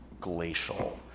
glacial